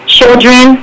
children